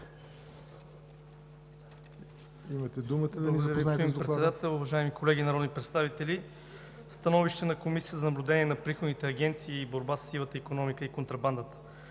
имате думата, за да ни запознаете с Доклада.